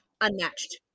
unmatched